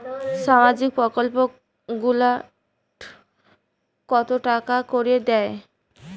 সামাজিক প্রকল্প গুলাট কত টাকা করি দেয়?